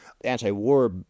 anti-war